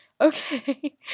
Okay